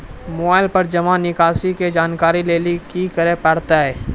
Mobile पर जमा निकासी के जानकरी लेली की करे परतै?